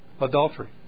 adultery